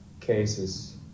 cases